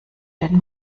den